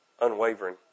unwavering